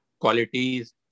qualities